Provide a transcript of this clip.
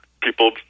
people